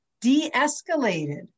de-escalated